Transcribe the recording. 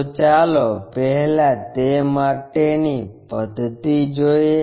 તો ચાલો પહેલા તે માટેની પદ્ધતિ જોઈએ